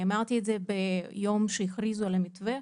אני אמרתי את זה ביום שהכריזו על המתווה.